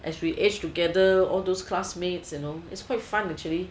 as we age together all those classmates you know is quite fun actually